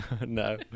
No